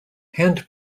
hand